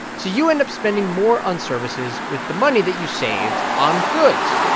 so you end up spending more on services with the money that you saved on goods.